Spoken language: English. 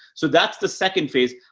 so that's the second phase.